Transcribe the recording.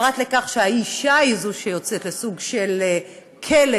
פרט לכך שהאישה היא זו שיוצאת לסוג של כלא,